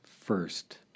first